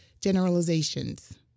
generalizations